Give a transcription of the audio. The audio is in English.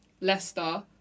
Leicester